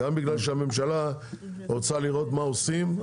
גם בגלל שהממשלה רוצה לראות מה עושים.